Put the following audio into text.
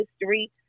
history